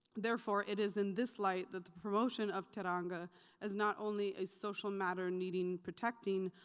therefore, it is in this light that the promotion of teranga is not only a social matter needing protecting,